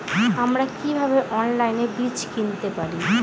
আমরা কীভাবে অনলাইনে বীজ কিনতে পারি?